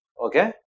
okay